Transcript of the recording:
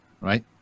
Right